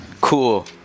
Cool